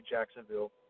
Jacksonville